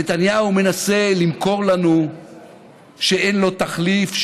נתניהו מנסה למכור לנו שאין לו תחליף,